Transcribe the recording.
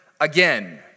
again